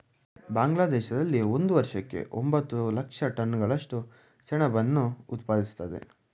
ಬಾಂಗ್ಲಾದೇಶದಲ್ಲಿ ಒಂದು ವರ್ಷಕ್ಕೆ ಎಂಬತ್ತು ಲಕ್ಷ ಟನ್ಗಳಷ್ಟು ಸೆಣಬನ್ನು ಉತ್ಪಾದಿಸ್ತದೆ